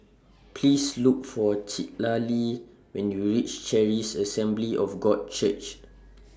Please Look For Citlali when YOU REACH Charis Assembly of God Church